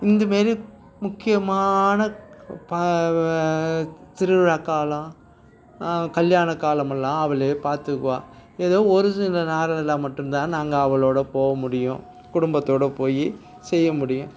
இந்த மாதிரி முக்கியமான திருவிழாக் காலம் கல்யாண காலமெல்லாம் அவளே பார்த்துக்குவா ஏதோ ஒரு சில நாள்கள்ல மட்டும் தான் நாங்கள் அவளோட போக முடியும் குடும்பத்தோட போய் செய்ய முடியும்